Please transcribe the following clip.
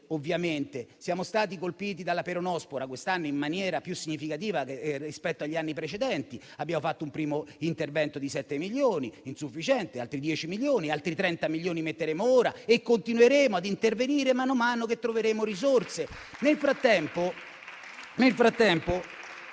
vite. Siamo stati colpiti dalla peronospora, quest'anno in maniera più significativa rispetto agli anni precedenti; abbiamo fatto un primo intervento di 7 milioni, che è stato insufficiente, poi abbiamo stanziato altri 10 milioni, altri 30 milioni li metteremo ora e continueremo ad intervenire man mano che troveremo risorse.